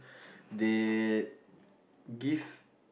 they give